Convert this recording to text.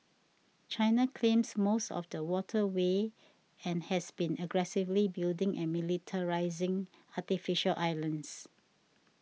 china claims most of the waterway and has been aggressively building and militarising artificial islands